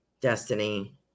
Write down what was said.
Destiny